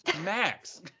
Max